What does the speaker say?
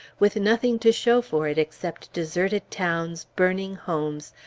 with nothing to show for it except deserted towns, burning homes,